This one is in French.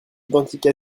identique